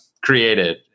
created